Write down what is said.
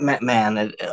man